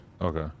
Okay